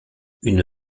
une